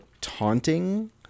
taunting